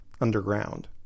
Underground